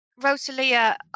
Rosalia